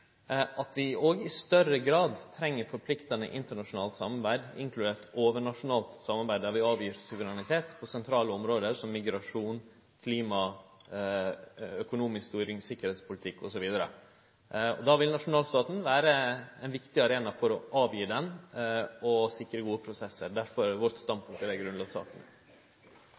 at vi i større grad treng forpliktande internasjonalt samarbeid, inkludert overnasjonalt samarbeid, der vi avgir suverenitet på sentrale område som migrasjon, klima, økonomisk styring, sikkerheitspolitikk osv. Nasjonalstaten vil vere ein viktig arena for å avgi den og sikre gode prosessar. – Derfor vårt standpunkt